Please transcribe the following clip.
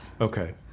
Okay